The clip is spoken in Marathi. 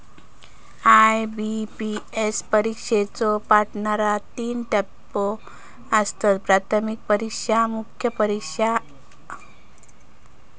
आय.बी.पी.एस परीक्षेच्यो पॅटर्नात तीन टप्पो आसत, प्राथमिक परीक्षा, मुख्य परीक्षा